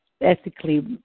ethically